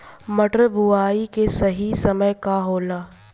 मटर बुआई के सही समय का होला?